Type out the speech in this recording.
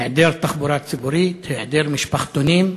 היעדר תחבורה ציבורית, היעדר משפחתונים,